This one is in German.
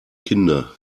kinder